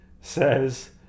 says